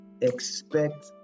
expect